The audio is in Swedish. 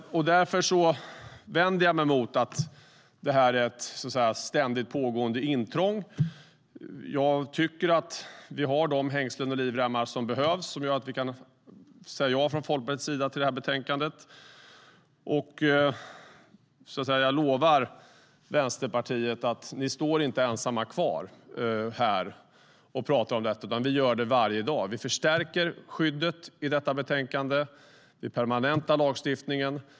Därför vänder jag mig mot att det här skulle vara ett, så att säga, ständigt pågående intrång. Jag tycker att vi har de hängslen och livremmar som behövs och som gör att vi kan säga ja från Folkpartiets sida till förslaget i betänkandet. Och jag lovar Vänsterpartiet att ni inte står ensamma kvar här och pratar om detta, utan vi gör det varje dag. Vi förstärker skyddet i detta betänkande. Vi permanentar lagstiftningen.